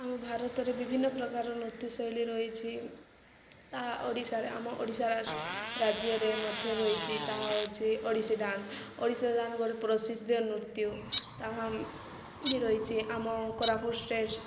ଆମ ଭାରତରେ ବିଭିନ୍ନ ପ୍ରକାର ନୃତ୍ୟଶୈଳୀ ରହିଛି ତାହା ଓଡ଼ିଶାରେ ଆମ ଓଡ଼ିଶା ରାଜ୍ୟରେ ମଧ୍ୟ ରହିଛି ତାହା ହେଉଛି ଓଡ଼ିଶୀ ଡାନ୍ସ ଓଡ଼ିଶା ଗୋଟେ ପ୍ରସିଦ୍ଧ ନୃତ୍ୟ ତାହା ବି ରହିଛି ଆମ କୋରାପୁଟ ଷ୍ଟେଟ୍